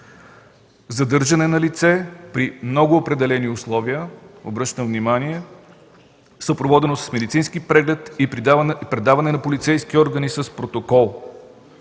Задържане на лице при много определени условия – обръщам внимание, съпроводено с медицински преглед и предаване на полицейски органи с протокол.